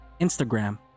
Instagram